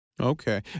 Okay